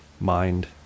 mind